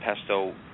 pesto